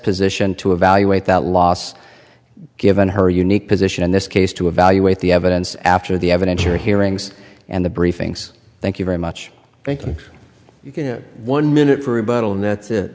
position to evaluate that loss given her unique position in this case to evaluate the evidence after the evidence or hearings and the briefings thank you very much thanking one minute for rebuttal and that